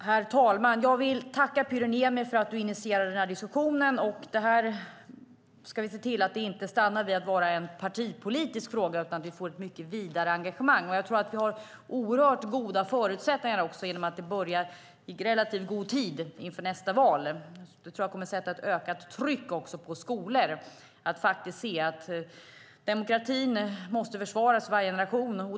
Herr talman! Jag tackar Pyry Niemi för att han initierade diskussionen. Vi ska se till att detta inte stannar vid att vara en partipolitisk fråga, utan vi ska föra ett mycket vidare engagemang. Jag tror att vi har oerhört goda förutsättningar genom att vi börjar i relativt god tid inför nästa val. Det kommer att sätta ett ökat tryck på skolor att se att demokratin måste försvaras i varje generation.